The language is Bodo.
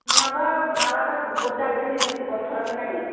नङाबा मालाबा बिफथ जागोन नोङो बिफथ खालामगोन आङो